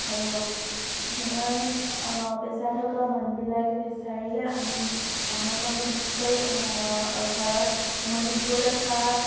আৰু সেইকাৰণে প্ৰেচাৰ থকা মানুহবিলাকে বিচাৰিলে আমি হাঁহৰ কণী বিক্ৰী কৰি ঘৰত উমনি দিবলৈ থোৱা